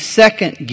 second